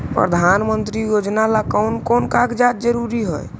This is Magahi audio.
प्रधानमंत्री योजना ला कोन कोन कागजात जरूरी है?